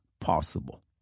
possible